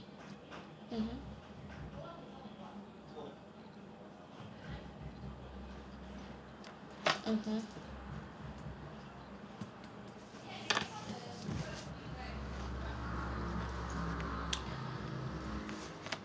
mmhmm mmhmm